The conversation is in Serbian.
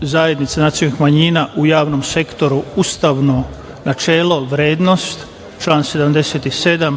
zajednica nacionalnih manjina u javnom sektoru ustavno načelo, vrednost, član 77.